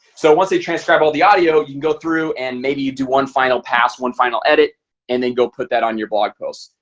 so once they transcribe all the audio you can go through and maybe you do one final pass one final edit and then go put that on your blog post.